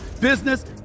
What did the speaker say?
business